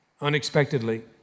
unexpectedly